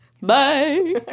Bye